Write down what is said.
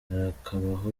harakabaho